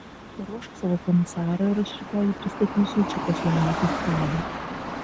paruošk savo komisarą ir aš rytoj jį pristatysiu į čekoslovakų štabą